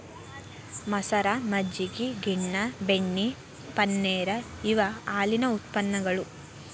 ಮಸರ, ಮಜ್ಜಗಿ, ಗಿನ್ನಾ, ಬೆಣ್ಣಿ, ಪನ್ನೇರ ಇವ ಹಾಲಿನ ಉತ್ಪನ್ನಗಳು